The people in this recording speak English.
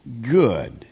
good